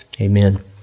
amen